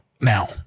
Now